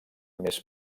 més